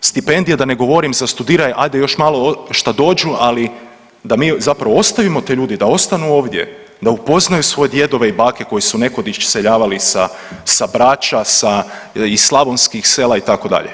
Stipendije da ne govorim za studiranje, ajde još malo šta dođu, ali da mi zapravo ostavimo te ljude, da ostanu ovdje, da upoznaju svoje djedove i bake koji su nekoć iseljavali sa, sa Brača, iz slavonskih sela itd.